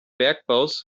bergbaus